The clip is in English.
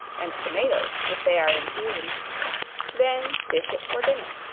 and tomatoes, if they are in season then dish it for dinner.